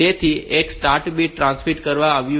તેથી એક start bit ટ્રાન્સમિટ કરવામાં આવ્યું છે